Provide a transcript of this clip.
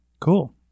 cool